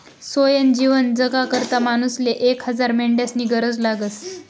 सोयनं जीवन जगाकरता मानूसले एक हजार मेंढ्यास्नी गरज लागस